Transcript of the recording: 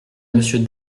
monsieur